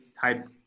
type